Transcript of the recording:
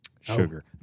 sugar